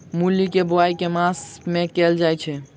मूली केँ बोआई केँ मास मे कैल जाएँ छैय?